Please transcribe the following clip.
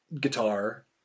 guitar